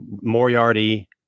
Moriarty